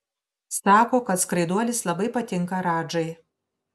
sako kad skraiduolis labai patinka radžai